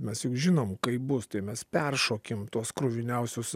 mes juk žinom kaip bus tai mes peršokim tuos kruviniausius